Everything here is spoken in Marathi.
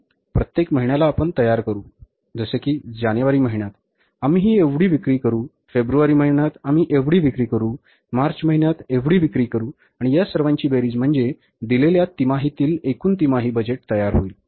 प्रत्येक महिन्याला आपण तयार करू जानेवारी महिन्यात आम्ही हि एवढी विक्री करू फेब्रुवारी महिन्यात आम्ही हि एवढी विक्री करू मार्च महिन्यात आम्ही एवढी विक्री करू आणि या सर्वांची बेरीज म्हणजे दिलेल्या तिमाहीतील एकूण तिमाही बजेट तयार होईल